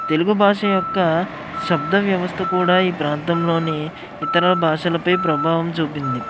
తెలుగు భాష యొక్క శబ్ద వ్యవస్థ కూడా ఈ ప్రాంతంలోని ఇతర భాషలపై ప్రభావం చూపింది